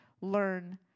learn